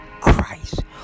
Christ